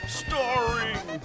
starring